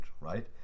right